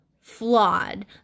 flawed